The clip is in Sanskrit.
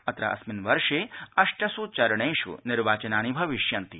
अत्र अस्मिन् वर्षे अष्टस् चरणस् निर्वाचनानि भविष्यन्ति